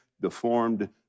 deformed